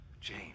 Jane